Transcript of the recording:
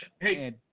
Hey